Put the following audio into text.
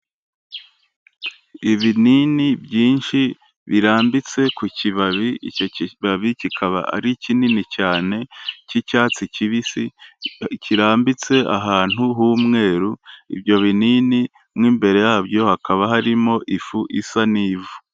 Ibinini byinshi birambitse ku kibabi, icyo kibabi kikaba ari kinini cyane k'icyatsi kibisi, kirambitse ahantu h'umweru, ibyo binini mo imbere yabyo hakaba harimo ifu isa n'ivu.